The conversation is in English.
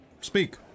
speak